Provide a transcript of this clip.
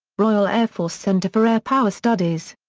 royal air force centre for air power studies.